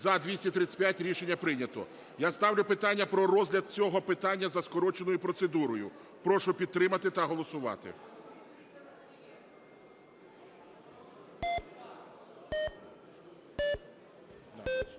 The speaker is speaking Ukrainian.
За-235 Рішення прийнято. Я ставлю питання про розгляд цього питання за скороченою процедурою. Прошу підтримати та голосувати.